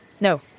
No